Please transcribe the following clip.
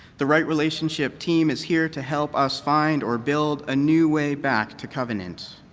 the right relationship team is here to help us find or build a new way back to covenant,